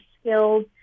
skilled